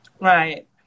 Right